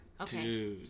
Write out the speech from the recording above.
Okay